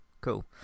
cool